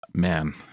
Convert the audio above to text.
Man